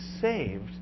saved